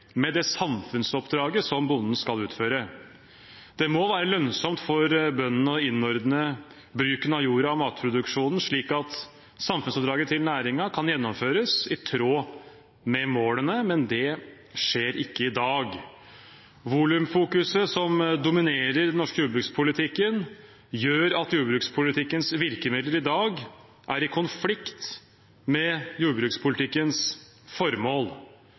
med samfunnsoppdraget bonden skal utføre. Det må være lønnsomt for bøndene å innordne bruken av jorda og matproduksjonen slik at samfunnsoppdraget til næringen kan gjennomføres i tråd med målene, men det skjer ikke i dag. Volumfokuset som dominerer den norske jordbrukspolitikken, gjør at jordbrukspolitikkens virkemidler i dag er i konflikt med jordbrukspolitikkens formål.